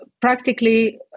practically